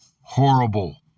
horrible